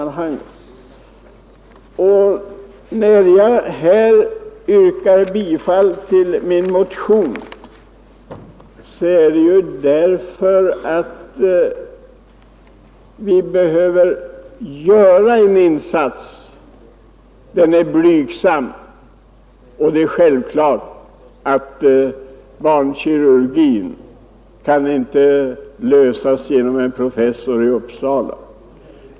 När jag här yrkar bifall till min motion är det därför att vi behöver göra en insats. Den insats jag begär är blygsam. Det är alldeles klart att problemen inom barnkirurgin inte kan lösas genom en professor i Uppsala.